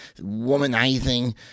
womanizing